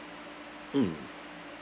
mm